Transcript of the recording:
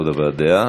עוד הבעת דעה,